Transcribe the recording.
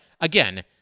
again